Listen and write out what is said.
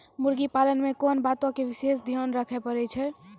मुर्गी पालन मे कोंन बातो के विशेष ध्यान रखे पड़ै छै?